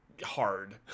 hard